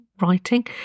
writing